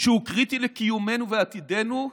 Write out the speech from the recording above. שהוא קריטי לקיומנו ועתידנו,